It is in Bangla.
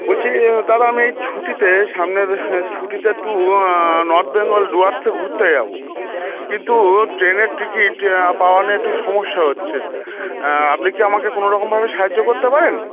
বলছি দাদা আমি এই ছুটিতে সামনের ছুটিতে একটু নর্থ বেঙ্গল ডুয়ার্সে ঘুরতে যাবো কিন্তু ট্রেনের টিকিট পাওয়া নিয়ে একটু সমস্যা হচ্ছে আপনি কি আমাকে কোনো রকমভাবে সাহায্য করতে পারেন